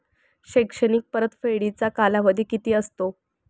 शैक्षणिक परतफेडीचा कालावधी किती असतो?